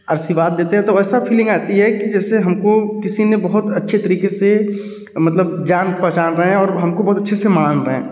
आर्शिवाद देते हैं तो ऐसा फीलिंग आती है कि जैसे हमको किसी ने बहुत अच्छे तरीके से मतलब जान पहचान रहे हैं और हमको बहुत अच्छे से मान रहे हैं